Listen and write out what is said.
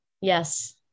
Yes